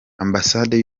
ambasade